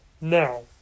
now